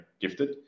gifted